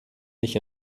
nicht